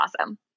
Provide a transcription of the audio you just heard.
awesome